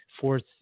fourth